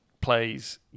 Plays